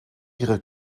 ihre